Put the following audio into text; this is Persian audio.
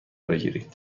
بگیرید